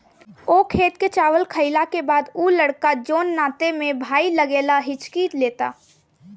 ओकर खेत के चावल खैला के बाद उ लड़का जोन नाते में भाई लागेला हिच्की लेता